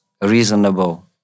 reasonable